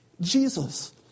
Jesus